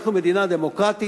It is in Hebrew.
אנחנו מדינה דמוקרטית,